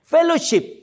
Fellowship